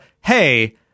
hey